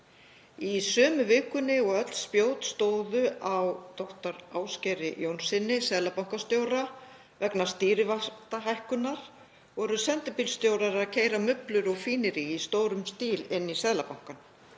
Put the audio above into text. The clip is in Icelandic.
„Í sömu vikunni og öll spjót stóðu á dr. Ásgeiri Jónssyni seðlabankastjóra vegna stýrivaxtahækkunar voru sendibílastjórar að keyra mublur og fínerí í stórum stíl inn í Seðlabankann.